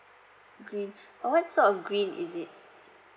green oh what sort of green is it